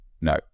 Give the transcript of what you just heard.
no